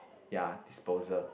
ya disposal